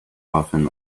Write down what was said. often